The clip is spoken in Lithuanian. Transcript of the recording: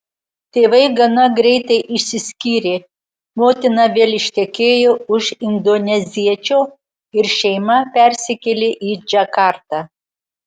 tėvai gana greitai išsiskyrė motina vėl ištekėjo už indoneziečio ir šeima persikėlė į džakartą